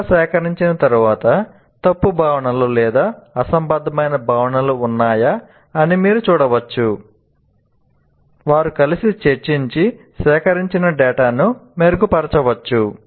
data సేకరించిన తర్వాత తప్పు భావనలు లేదా అసంబద్ధమైన భావనలు ఉన్నాయా అని మీరు చూడవచ్చు వారు కలిసి చర్చించి సేకరించిన డేటాను మెరుగుపరచవచ్చు